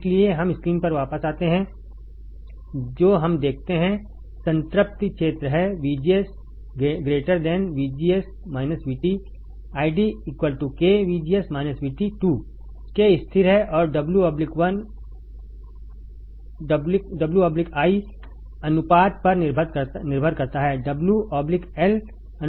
इसलिए हम स्क्रीन पर वापस जाते हैं जो हम देखते हैं संतृप्ति क्षेत्र है VDS VGS VT ID k 2 k स्थिर है और W l अनुपात पर निर्भर करता है